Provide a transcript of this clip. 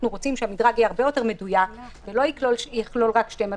אנחנו רוצים שהמדרג יהיה הרבה יותר מדויק ולא יכלול רק שתי מדרגות.